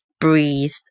breathe